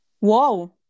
Wow